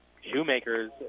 Shoemaker's